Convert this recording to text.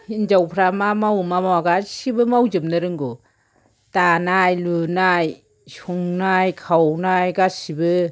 हिनजावफ्रा मा मावो मा मावा गासिबो मावजोबनो रोंगौ दानाय लुनाय संनाय खावनाय गासिबो